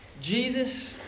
Jesus